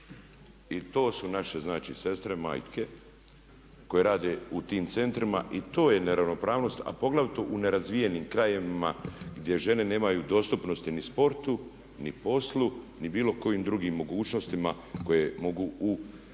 I to su znači naše znači sestre, majke koje rade u tim centrima. I to je neravnopravnost a poglavito u nerazvijenim krajevima gdje žene nemaju dostupnosti ni sportu, ni poslu, ni bilo kojim drugim mogućnostima koje mogu u